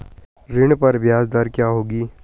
ऋण पर ब्याज दर क्या होगी?